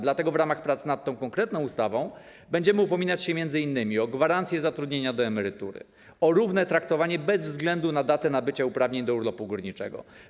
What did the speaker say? Dlatego w ramach prac nad tą konkretną ustawą będziemy upominać się m.in. o gwarancje zatrudnienia do emerytury, o równe traktowanie bez względu na datę nabycia uprawnień do urlopu górniczego.